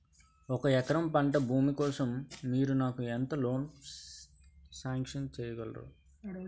ఒక ఎకరం పంట భూమి కోసం మీరు నాకు ఎంత లోన్ సాంక్షన్ చేయగలరు?